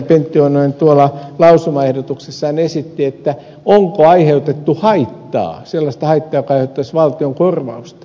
pentti oinonen lausumaehdotuksessaan esitti että onko aiheutettu haittaa sellaista haittaa joka edellyttäisi valtion korvausta